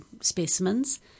specimens